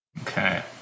Okay